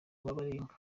baringa